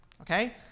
okay